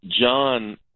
John